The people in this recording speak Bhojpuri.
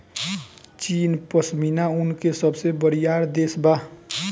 चीन पश्मीना ऊन के सबसे बड़ियार देश बा